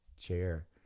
chair